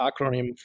acronym